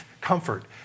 comfort